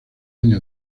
año